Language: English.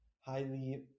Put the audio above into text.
highly